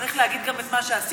צריך להגיד גם את מה שעשית.